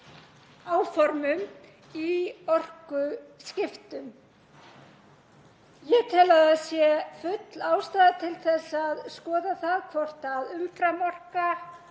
áformum í orkuskiptum. Ég tel að það sé full ástæða til að skoða það hvort umframorka